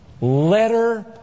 letter